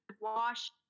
wash